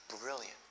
brilliant